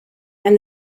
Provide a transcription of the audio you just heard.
and